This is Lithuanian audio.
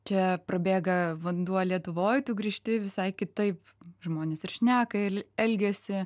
čia prabėga vanduo lietuvoj tu grįžti visai kitaip žmonės ir šneka ir elgiasi